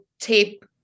tape